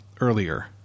earlier